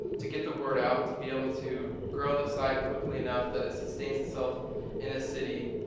to get the word out to be able to grow the site quickly enough that it sustains itself in a city.